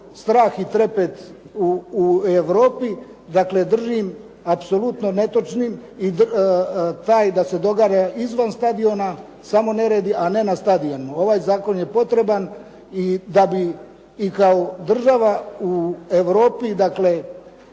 strah i trepet u Europi. Dakle, držim apsolutno netočnim i taj da se događa izvan stadiona samo neredi a ne na stadionima. Ovaj zakon je potreban i da bi i kao država u Europi dakle